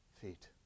feet